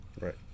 Right